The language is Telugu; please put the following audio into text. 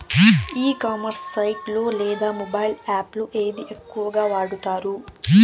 ఈ కామర్స్ సైట్ లో లేదా మొబైల్ యాప్ లో ఏది ఎక్కువగా వాడుతారు?